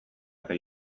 eta